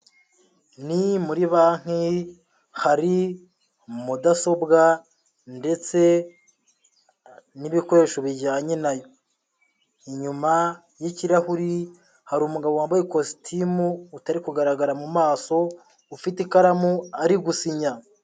Ni muri banki, hari mudasobwa ndetse n'ibikoresho bijyanye nayo, inyuma y'kirahuri hari umugabo wambaye ikositimu, utari kugaragara mu maso, ufite ikaramu ari gusinya.